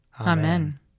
Amen